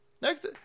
Next